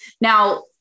Now